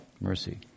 mercy